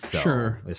Sure